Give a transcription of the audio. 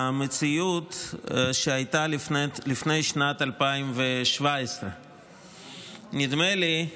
למציאות שהייתה לפני שנת 2017. נדמה לי,